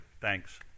thanks